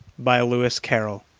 by lewis carroll